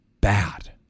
bad